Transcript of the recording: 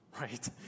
right